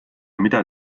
mida